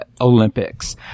olympics